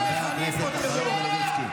חבר הכנסת מלביצקי.